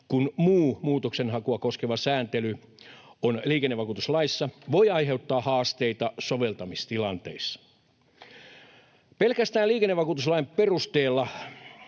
kun muu muutoksenhakua koskeva sääntely on liikennevakuutuslaissa, voi aiheuttaa haasteita soveltamistilanteissa. Pelkästään liikennevakuutuslain perusteella